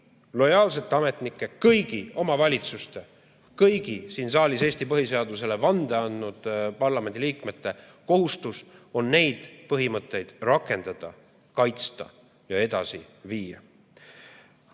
lojaalsete ametnike, kõigi omavalitsuste, kõigi siin saalis Eesti põhiseadusele vande andnud parlamendiliikmete kohustus on neid põhimõtteid rakendada, kaitsta ja edasi viia.